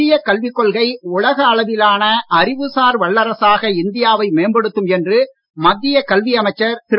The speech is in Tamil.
புதிய கல்விக் கொள்கை உலக அளவிலான அறிவுசார் வல்லரசாக இந்தியா வை மேம்படுத்தும் என்று மத்திய கல்வி அமைச்சர் திரு